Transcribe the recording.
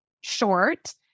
short